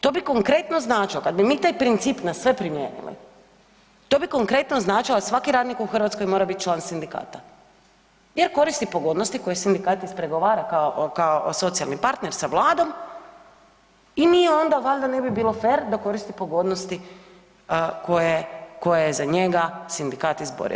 To bi konkretno značilo kad bi mi taj princip na sve primijenili, to bi konkretno značilo da svaki radnik u Hrvatskoj mora biti član sindikata jer koristi pogodnosti koje sindikat ispregovara kao socijalni partner sa Vladom i nije onda valjda ne bi bilo fer da koristi pogodnosti koje je za njega sindikat izborio.